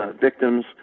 victims